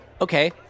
Okay